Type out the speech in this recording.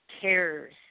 cares